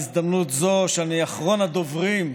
בהזדמנות זו שאני אחרון הדוברים,